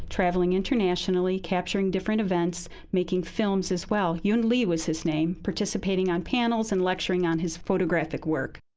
traveling internationally, capturing different events, making films as well yoon lee was his name participating on panels, and lecturing on his photographic work.